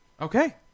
Okay